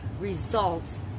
results